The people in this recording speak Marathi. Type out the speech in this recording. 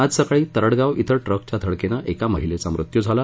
आज सकाळी तरडगाव धिं ट्रकच्या धडकेनं एका महिलेचा मृत्यू झाला